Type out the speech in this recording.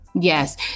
Yes